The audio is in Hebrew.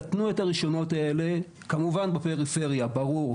תתנו את הרישיונות האלה כמובן בפריפריה, ברור.